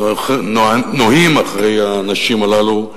נוהים אחרי האנשים הללו,